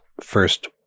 first